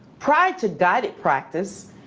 prior to guided practice,